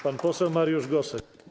Pan poseł Mariusz Gosek.